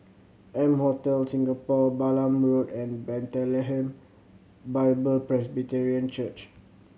M Hotel Singapore Balam Road and Bethlehem Bible Presbyterian Church